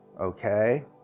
okay